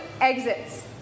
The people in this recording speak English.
exits